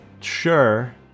sure